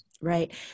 Right